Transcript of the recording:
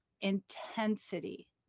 intensity